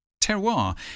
Terroir